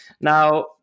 Now